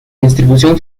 distribución